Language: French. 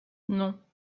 non